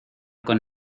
con